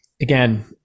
again